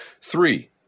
Three